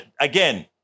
again